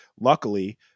luckily